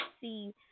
see